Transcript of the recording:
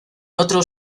otros